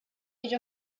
age